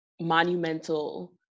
monumental